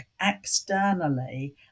externally